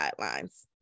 guidelines